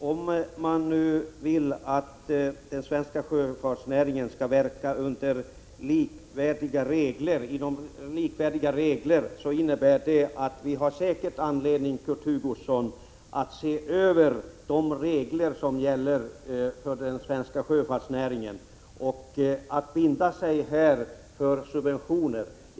Om man vill att den svenska sjöfartsnäringen skall verka under likvärdiga regler innebär det att vi säkert har anledning, Kurt Hugosson, att se över de regler som gäller för den svenska sjöfartsnäringen. Att binda sig för subventioner vore inte bra.